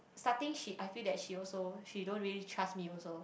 starting she I feel that she also she don't really trust me also